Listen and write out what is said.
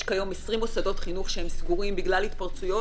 יש כיום 20 מוסדות חינוך סגורים בגלל התפרצויות.